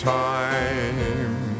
time